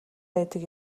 байдаг